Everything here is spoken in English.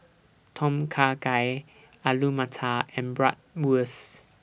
Tom Kha Gai Alu Matar and Bratwurst